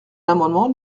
l’amendement